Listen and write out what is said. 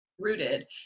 rooted